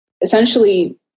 essentially